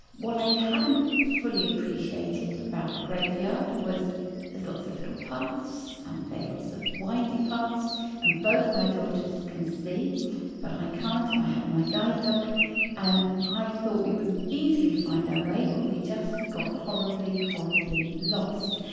what i hadn't fully appreciated about the graveyard was there's lots of little paths um and lots of windy paths and both my daughters can see but i can't and i had my guide dog and i thought we would easily find our way but we just got horribly, horribly lost.